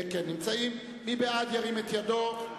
ירים את ידו.